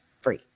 free